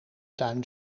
tuin